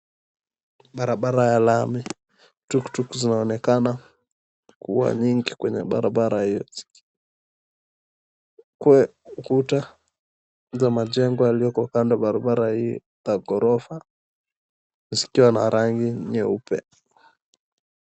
Barabara ya lami. Tuktuk zinaonekana kuwa nyingi kwenye barabara hiyo. Kuta za majengo yalioko kando ya barabara ni ya ghorofa zikiwa na rangi nyeupe.